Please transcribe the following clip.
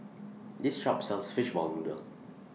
This Shop sells Fishball Noodle